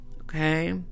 okay